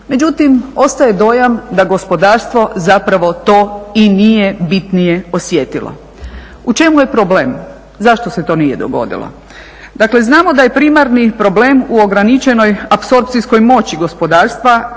međutim ostaje dojam da gospodarstvo zapravo to i nije bitnije osjetilo. U čemu je problem, zašto se to nije dogodilo? Dakle, znamo da je primarni problem u ograničenoj apsorpcijskoj moći gospodarstva